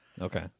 Okay